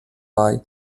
bei